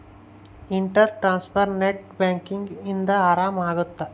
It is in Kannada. ಇಂಟರ್ ಟ್ರಾನ್ಸ್ಫರ್ ನೆಟ್ ಬ್ಯಾಂಕಿಂಗ್ ಇಂದ ಆರಾಮ ಅಗುತ್ತ